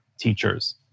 teachers